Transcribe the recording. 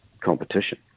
competition